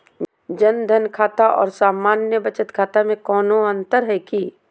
जन धन खाता और सामान्य बचत खाता में कोनो अंतर है की?